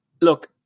Look